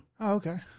okay